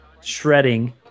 shredding